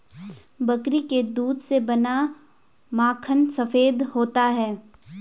बकरी के दूध से बना माखन सफेद होता है